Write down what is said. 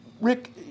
Rick